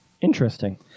interesting